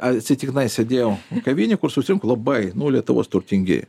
atsitiktinai sėdėjau kavinėj kur susirinko labai nu lietuvos turtingieji